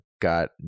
got